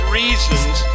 reasons